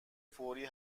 فوری